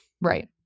Right